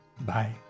Bye